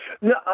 No